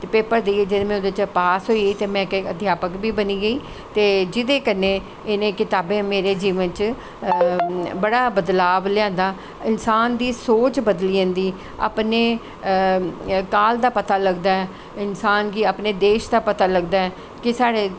paper देइयै जिसलै में ओह्दे च पास होई गेई ते में अध्यापक बी बनी गेई ते जेह्दे कन्नैं इनें कताबें मेरे जीवन च बड़ा बदलाव लेआंदा इंसान दी सोच बदली जंदी अपनें काल दा पता लग्गदा ऐ इंसान गी अपनें देश दा पता लग्गदा ऐ कि साढ़े